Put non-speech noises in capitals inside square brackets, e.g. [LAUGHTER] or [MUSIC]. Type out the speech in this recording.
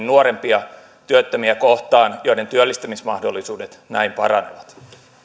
[UNINTELLIGIBLE] nuorempia työttömiä kohtaan joiden työllistymismahdollisuudet näin paranevat